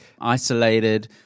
isolated